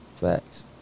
Facts